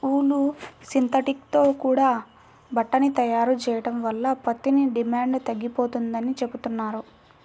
ఊలు, synthetic తో కూడా బట్టని తయారు చెయ్యడం వల్ల పత్తికి డిమాండు తగ్గిపోతందని చెబుతున్నారు